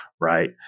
right